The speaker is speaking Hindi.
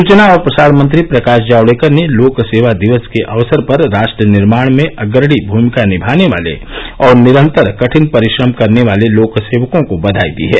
सुचना और प्रसारण मंत्री प्रकाश जावडेकर ने लोकसेवा दिवस के अवसर पर राष्ट्र निर्माण में अग्रणी भूमिका निभाने वाले और निरन्तर कठिन परिश्रम करने वाले लोकसेवकों को बधाई दी है